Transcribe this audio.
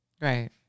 right